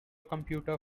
computer